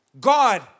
God